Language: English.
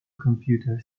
computer